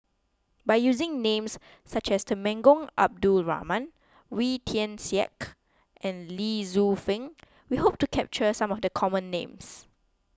by using names such as Temenggong Abdul Rahman Wee Tian Siak and Lee Tzu Pheng we hope to capture some of the common names